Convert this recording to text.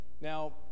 Now